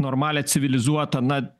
normalią civilizuotą na